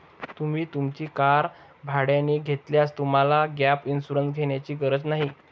तुम्ही तुमची कार भाड्याने घेतल्यास तुम्हाला गॅप इन्शुरन्स घेण्याची गरज नाही